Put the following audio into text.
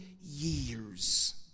years